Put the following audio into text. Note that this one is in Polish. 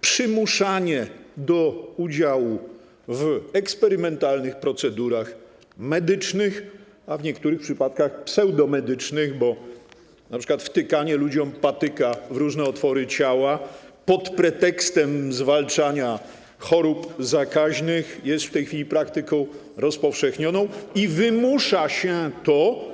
Przymuszanie do udziału w eksperymentalnych procedurach medycznych, a w niektórych przypadkach pseudomedycznych, bo np. wtykanie ludziom patyka w różne otwory ciała pod pretekstem zwalczania chorób zakaźnych jest w tej chwili praktyką rozpowszechnioną i wymusza się to,